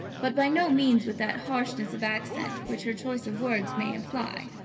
but by no means with that harshness of accent which her choice of words may imply.